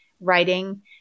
writing